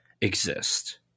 exist